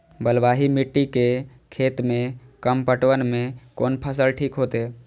बलवाही मिट्टी के खेत में कम पटवन में कोन फसल ठीक होते?